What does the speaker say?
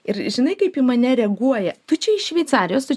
ir žinai kaip į mane reaguoja tu čia iš šveicarijos tu